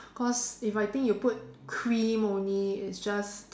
cause if I think you put cream only it's just